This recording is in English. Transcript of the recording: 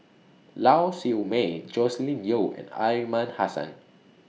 Lau Siew Mei Joscelin Yeo and Aliman Hassan